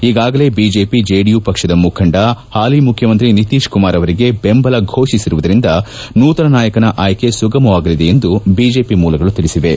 ಈಗಾಗಲೇ BJP JDU ಪಕ್ಷದ ಮುಖಂಡ ಹಾಲಿ ಮುಖ್ಯಮಂತ್ರಿ ನಿತೀಶ್ ಕುಮಾರ್ ಅವರಿಗೆ ಬೆಂಬಲ ಫೋಷಿಸಿರುವುದರಿಂದ ನೂತನ ನಾಯಕನ ಆಯ್ಲೆ ಸುಗಮವಾಗಲಿದೆ ಎಂದು ಬಿಜೆಪಿ ಮೂಲಗಳು ತಿಳಿಸಿವೆ